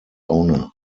owner